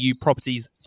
properties